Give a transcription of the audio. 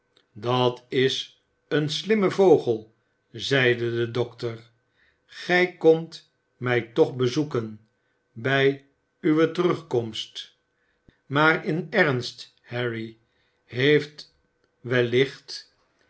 dat is een slimme vogel zeide de dokter gij komt mij toch bezoeken bij uwe terugkomst maar in ernst harry heelt wellicht